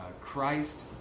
Christ